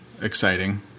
exciting